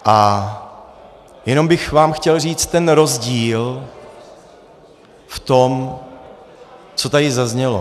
A jenom bych vám chtěl říct ten rozdíl v tom, co tady zaznělo.